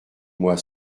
moi